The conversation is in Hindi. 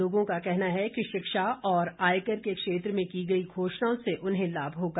लोगों का कहना है कि शिक्षा और आयकर के क्षेत्र में की गई घोषणाओं से उन्हें लाभ होगा